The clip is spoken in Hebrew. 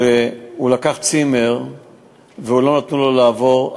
שהוא לקח צימר ולא נתנו לו לעבור,